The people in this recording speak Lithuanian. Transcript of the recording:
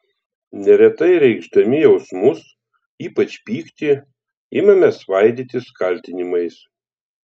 neretai reikšdami jausmus ypač pyktį imame svaidytis kaltinimais